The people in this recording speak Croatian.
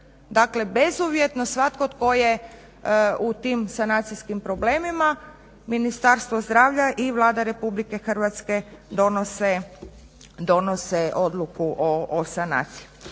bezuvjetno svatko tko je u tim sanacijskim problemima Ministarstvo zdravlja i Vlada RH donose odluku o sanaciji.